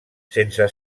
sense